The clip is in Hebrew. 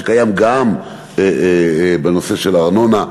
שקיים גם בנושא של הארנונה,